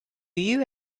you